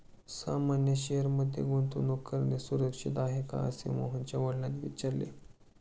सामान्य शेअर मध्ये गुंतवणूक करणे सुरक्षित आहे का, असे मोहनच्या वडिलांनी विचारले